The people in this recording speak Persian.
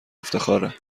افتخاره